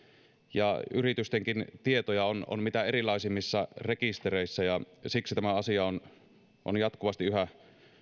ja yritystenkin tietoja on on mitä erilaisimmissa rekistereissä ja siksi tämä asia on jatkuvasti yhä